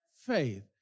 faith